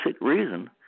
reason